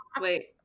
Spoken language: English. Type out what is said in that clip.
Wait